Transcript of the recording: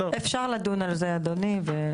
אפשר לדון על זה, אדוני.